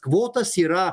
kvotas yra